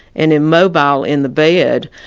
and immobile in the bed.